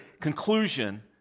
conclusion